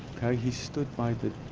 okay, he's stood by the